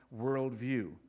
worldview